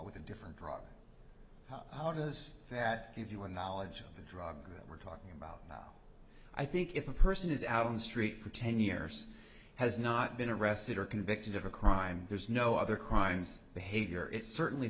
with a different drug how does that give you a knowledge of the drug that we're talking about i think if a person is out on the street for ten years has not been arrested or convicted of a crime there's no other crimes behavior it certainly